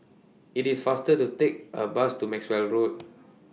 IT IS faster to Take A Bus to Maxwell Road